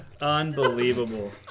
Unbelievable